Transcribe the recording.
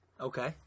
Okay